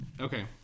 okay